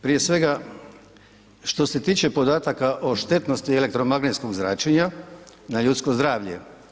Prije svega, što se tiče podataka o štetnosti elektromagnetskog zračenja na ljudsko zdravlje.